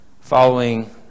following